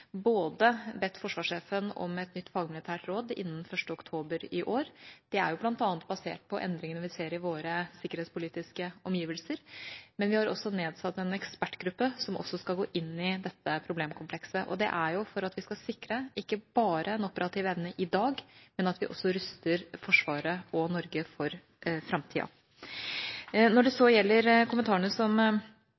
bedt forsvarssjefen om et nytt fagmilitært råd innen 1. oktober i år – det er bl.a. basert på endringene vi ser i våre sikkerhetspolitiske omgivelser – og vi har nedsatt en ekspertgruppe som også skal gå inn i dette problemkomplekset. Det er for at vi skal sikre ikke bare en operativ evne i dag, men også at vi ruster Forsvaret og Norge for framtida. Når det så gjelder kommentarene som